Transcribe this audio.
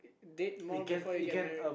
date more before you get married